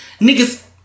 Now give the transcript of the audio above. niggas